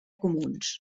comuns